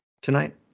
tonight